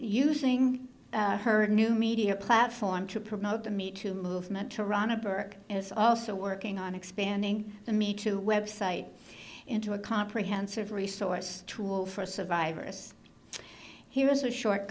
using her new media platform to promote the meet to movement to run a burke is also working on expanding the me to web site into a comprehensive resource tool for survivors here's a short